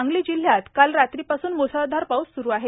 सांगली जिल्ह्यात काल रात्रीपासून म्सळधार पाऊस स्रू आहे